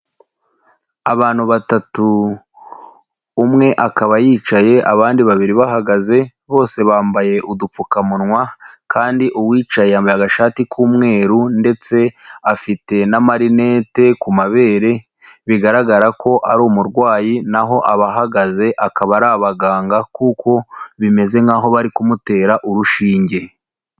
Abantu batatu, umwe akaba yicaye abandi babiri bahagaze bose bambaye udupfukamunwa kandi uwicaye yambaye agashati k'umweru ndetse afite n'amarinete ku mabere, bigaragara ko ari umurwayi, naho abahagaze akaba ari abaganga kuko bimeze'aho bari kumutera urushinge.